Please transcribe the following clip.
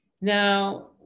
Now